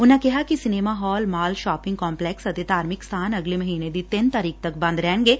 ਉਨੂਾਂ ਕਿਹਾ ਕਿ cinema hall mall shopping complex ਅਤੇ ਧਾਰਮਿਕ ਸਬਾਨ ਅਗਲੇ ਮਹੀਨੇ ਦੀ ਤਿੰਨ ਤਾਰੀਖ ਤੱਕ ਬੰਦ ਰਹਿਣਗੇ